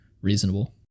reasonable